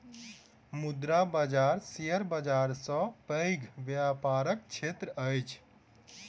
मुद्रा बाजार शेयर बाजार सॅ पैघ व्यापारक क्षेत्र अछि